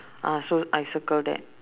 ah so I circle that